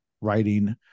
writing